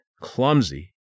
clumsy